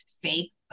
fake